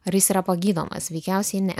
ar jis yra pagydomas veikiausiai ne